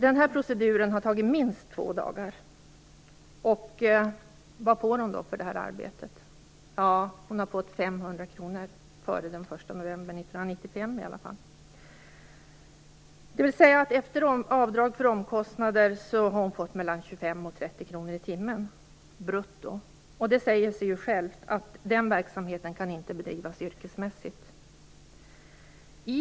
Den här proceduren har tagit minst två dagar. Vad får hon då för det här arbetet? Hon har fått 500 kr, före den 1 november 1995 i alla fall. Efter avdrag för omkostnader har hon alltså fått mellan 25 och 30 kr i timmen brutto. Det säger sig självt att den verksamheten inte kan bedrivas yrkesmässigt.